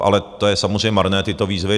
Ale to je samozřejmě marné, tyto výzvy.